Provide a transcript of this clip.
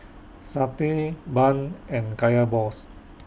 Satay Bun and Kaya Balls